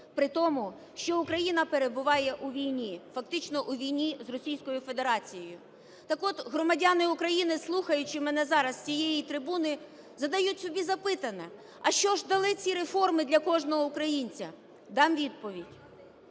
при тому, що Україна перебуває у війні, фактично у війні з Російською Федерацією. Так от, громадяни України, слухаючи мене зараз з цієї трибуни, задають собі запитання, а що ж дали ці реформи для кожного українця. Дам відповідь.